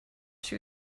she